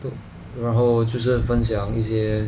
然后就是分享一些